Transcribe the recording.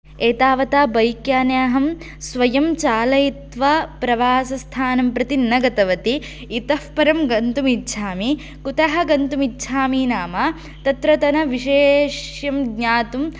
एतावता बैक् याने अहं स्वयं चालयित्वा प्रवासस्थानं प्रति न गतवती इतः परं गन्तुमिच्छामि कुतः गन्तुमिच्छामि नाम तत्रतन विशेष्यं ज्ञातुं